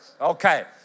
Okay